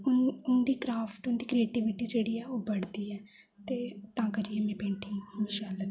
उं'दी क्राफ्ट उं'दी क्रिएटिविटी ऐ ओह् बढ़दी ऐ ते तां करियै मिगी पेंटिंग शैल लगदी ऐ